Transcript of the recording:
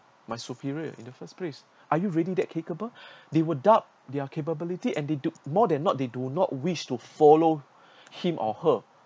my superior in the first place are you really that capable they would doubt their capability and they do more than not they do not wish to follow him or her